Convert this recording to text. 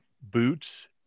boots